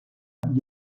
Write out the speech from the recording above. konuda